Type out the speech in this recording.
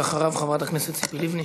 ואחריו, חברת הכנסת ציפי לבני.